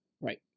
Right